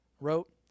wrote